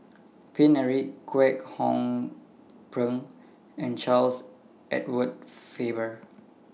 Paine Eric Kwek Hong Png and Charles Edward Faber